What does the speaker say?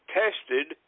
tested